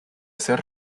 ser